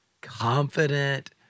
confident